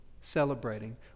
Celebrating